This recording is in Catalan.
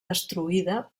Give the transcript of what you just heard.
destruïda